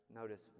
Notice